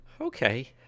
Okay